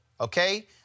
Okay